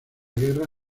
guerra